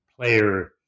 player